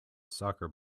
soccer